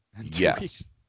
Yes